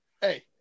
Hey